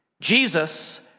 Jesus